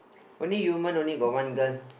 only human only got one girl